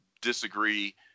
disagree